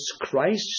Christ